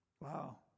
Wow